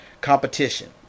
competition